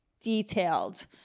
detailed